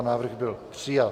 Návrh byl přijat.